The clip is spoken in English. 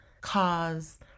cause